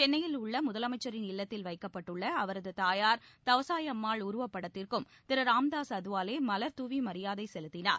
சென்னையில் உள்ள முதலமைச்சின் இல்லத்தில் வைக்கப்பட்டுள்ள அவரது தாயார் தவுசாயம்மாள் உருவப் படத்திற்கும் திரு ராம்தாஸ் அதவாலே மலர் தூவி மரியாதை செலுத்தினார்